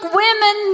women